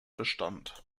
bestand